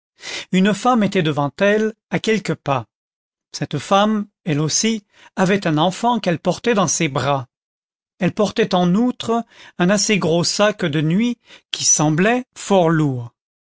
une femme était devant elle à quelques pas cette femme elle aussi avait un enfant qu'elle portait dans ses bras elle portait en outre un assez gros sac de nuit qui semblait fort lourd